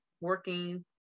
working